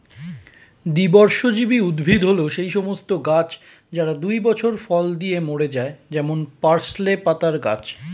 দ্বিবর্ষজীবী উদ্ভিদ হল সেই সমস্ত গাছ যারা দুই বছর ফল দিয়ে মরে যায় যেমন পার্সলে পাতার গাছ